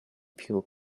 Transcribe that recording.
pure